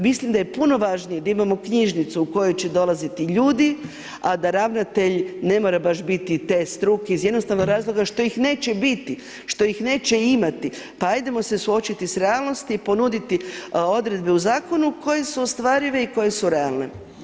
Mislim da je puno važnije da imamo knjižnicu u koju će dolaziti ljudi, a da ravnatelj ne mora baš biti te struke iz jednostavnog razloga što ih neće biti, što ih neće imati, pa ajdemo se suočiti s realnosti i ponuditi odredbe u Zakonu koje su ostvarive i koje su realne.